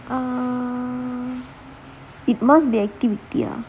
um it must be activity ah